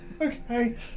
Okay